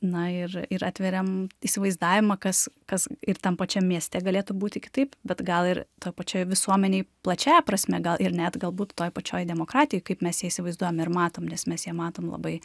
na ir ir atveriam įsivaizdavimą kas kas ir tam pačiam mieste galėtų būti kitaip bet gal ir toj pačioj visuomenėj plačiąja prasme gal ir net galbūt toj pačioj demokratijoj kaip mes ją įsivaizduojam ir matom nes mes ją matom labai